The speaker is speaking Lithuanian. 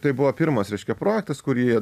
tai buvo pirmas reiškia projektas kurį jie